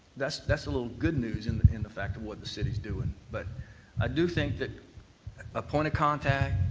that's that's a little good news in the in the fact of what the city's doing, but i do think that a point of contact,